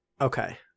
Okay